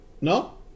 no